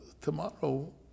tomorrow